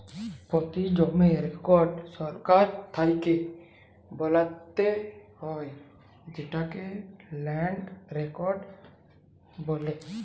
পতি জমির রেকড় সরকার থ্যাকে বালাত্যে হয় যেটকে ল্যান্ড রেকড় বলে